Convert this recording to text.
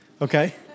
okay